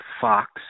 Fox